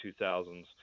2000s